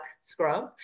scrub